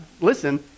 listen